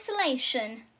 isolation